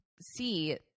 see